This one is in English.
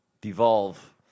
devolve